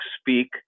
speak